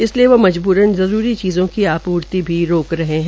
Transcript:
इसलिये वो मजब्रन जरूरी चीजों की आपूर्ति भी रोक रहे है